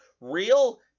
real